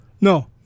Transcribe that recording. No